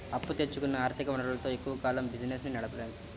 అప్పు తెచ్చుకున్న ఆర్ధిక వనరులతో ఎక్కువ కాలం బిజినెస్ ని నడపలేము